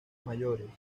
mayores